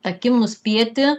akim nuspėti